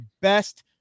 best